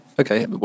Okay